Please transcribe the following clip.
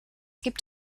gibt